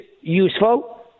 useful